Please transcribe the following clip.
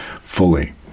fully